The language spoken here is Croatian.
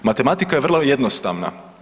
Matematika je vrlo jednostavna.